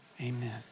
amen